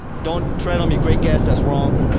don't tread on me, great guess. that's wrong.